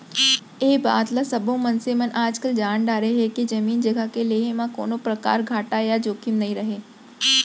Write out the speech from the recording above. ए बात ल सब्बो मनसे मन आजकाल जान डारे हें के जमीन जघा के लेहे म कोनों परकार घाटा या जोखिम नइ रहय